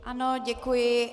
Ano, děkuji.